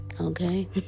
okay